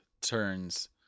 turns